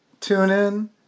TuneIn